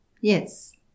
Yes